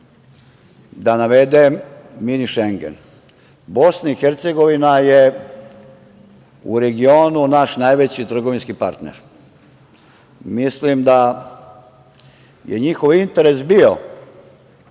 Da navedem „mini Šengen“. Bosna i Hercegovina je u regionu naš najveći trgovinski partner. Mislim da je njihov interes bio